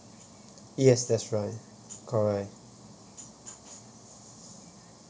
yes that's right correct